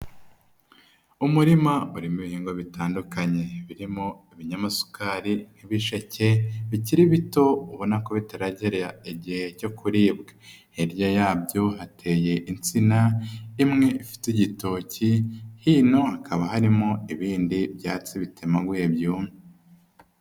Umurima urimo ibihingwa bitandukanye, birimo ibinyamasukari nk'ibisheke bikiri bito ubona ko bitaragera igihe cyo kuribwa, hirya yabyo hateye insina imwe ifite igitoki, hino hakaba harimo ibindi byatsi bitemaguye byumye.